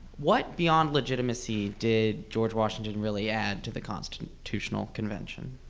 what beyond legitimacy did george washington really add to the constitutional convention?